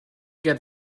get